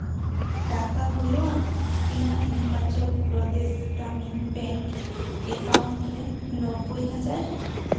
ᱴᱟᱠᱟ ᱦᱩᱭᱩᱜᱼᱟ ᱤᱧᱟᱹᱜ ᱦᱤᱢᱟᱪᱚᱞᱼᱯᱨᱚᱫᱮᱥ ᱜᱨᱟᱢᱤᱱ ᱵᱮᱝᱠ ᱮᱠᱟᱣᱩᱱᱴ ᱨᱮ ᱱᱳᱵᱵᱳᱭ ᱦᱟᱡᱟᱨ